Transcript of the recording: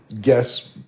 guess